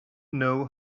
know